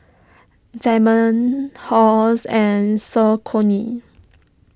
Diamond Halls and Saucony